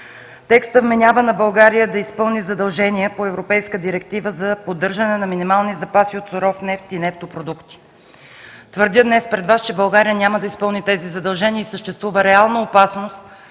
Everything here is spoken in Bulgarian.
Текстът вменява на България да изпълни задължения по Европейска директива за поддържане на минимални запаси от суров нефт и нефтопродукти. Твърдя днес пред Вас, че България няма да изпълни тези задължения и съществува реална опасност